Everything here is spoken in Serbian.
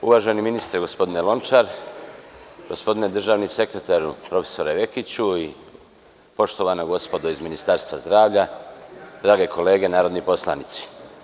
Uvaženi ministre, gospodine Lončar, gospodine državni sekretaru prof. Vekiću i poštovana gospodo iz Ministarstva zdravlja, drage kolege narodni poslanici.